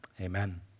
amen